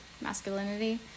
masculinity